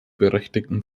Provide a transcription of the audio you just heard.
berechtigten